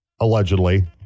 allegedly